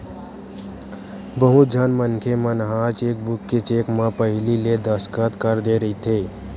बहुत झन मनखे मन ह चेकबूक के चेक म पहिली ले दस्कत कर दे रहिथे